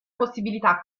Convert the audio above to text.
possibilità